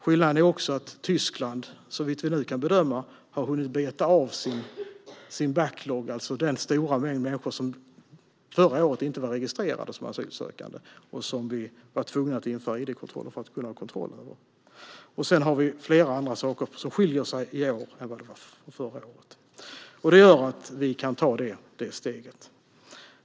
Skillnaden är också att Tyskland, såvitt vi kan bedöma, har hunnit beta av sin backlog, alltså den stora mängd människor som förra året inte var registrerade som asylsökande och som vi var tvungna att införa idkontroller för för att kunna ha kontroll över. Det finns också flera andra saker som skiljer sig i år jämfört med hur det var förra året. Det gör att vi kan ta detta steg.